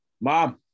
Mom